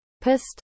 Pissed